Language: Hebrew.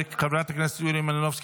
חברת הכנסת יוליה מלינובסקי,